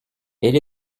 elle